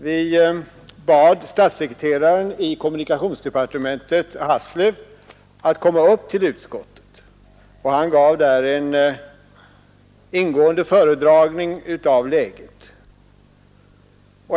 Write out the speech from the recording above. Vi bad statssekreteraren i kommunikationsdepartementet Hassle att komma upp till utskottet, och han gav en ingående föredragning om läget.